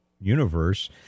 universe